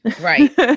Right